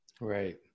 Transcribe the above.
Right